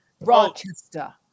Rochester